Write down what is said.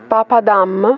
Papadam